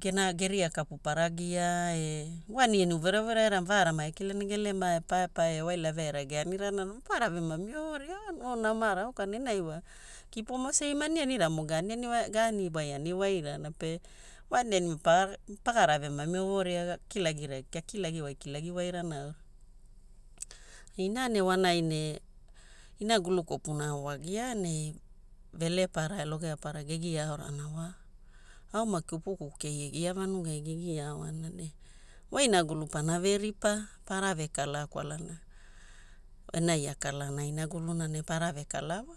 Gena geria kapu para gia e wa aniani uverauvera era vaara mage kilana gelema e paepae o waila veaira geanira maparave mamiovoria wa no namara wa kwalana enai wa kipomo same anianiramo ga aniwai aniwairana pe wa aniani magara vemamiovoria gakilagiwai kilagiwairana aura. Ina ne wanai ne inagulu kopuna wagia ne velepara e logeapara gegiaaorana wa. Au maki upuku kei egia vanugai gegiaaoana. Wainagulu pana veripaa para vekalaa kwalana enai akalaana inaguluna ne para vekalaa wa.